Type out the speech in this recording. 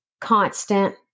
constant